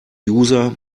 user